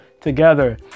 together